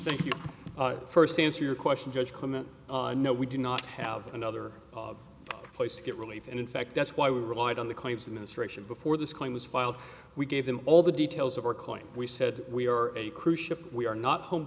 thank you first answer your question judge comment no we do not have another place to get relief and in fact that's why we relied on the claims of ministration before this claim was filed we gave them all the details of our calling we said we are a cruise ship we are not home